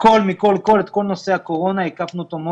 הכול מכל כל, את כל נושא הקורונה, הקפנו אותו.